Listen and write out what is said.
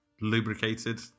lubricated